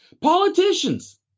Politicians